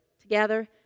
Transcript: together